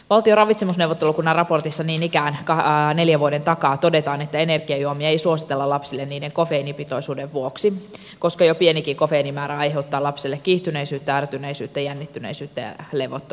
valtion ravitsemusneuvottelukunnan raportissa niin ikään neljän vuoden takaa todetaan että energiajuomia ei suositella lapsille niiden kofeiinipitoisuuden vuoksi koska jo pienikin kofeiinimäärä aiheuttaa lapselle kiihtyneisyyttä ärtyneisyyttä jännittyneisyyttä ja levottomuutta